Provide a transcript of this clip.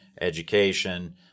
education